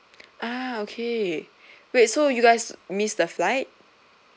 ah okay wait so you guys missed the flight